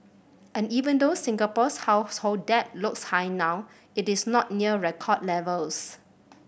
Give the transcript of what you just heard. and even though Singapore's household debt looks high now it is not near record levels